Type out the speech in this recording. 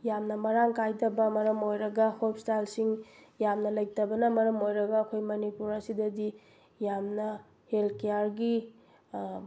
ꯌꯥꯝꯅ ꯀꯥꯏꯗꯕ ꯃꯔꯝ ꯑꯣꯏꯔꯒ ꯍꯣꯁꯄꯤꯇꯥꯜꯁꯤꯡ ꯌꯥꯝꯅ ꯂꯩꯇꯕꯅ ꯃꯔꯝ ꯑꯣꯏꯔꯒ ꯑꯩꯈꯣꯏ ꯃꯅꯤꯄꯨꯔ ꯑꯁꯤꯗꯗꯤ ꯌꯥꯝꯅ ꯍꯦꯜ ꯀꯤꯌꯥꯔꯒꯤ